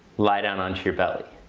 lie down onto your belly.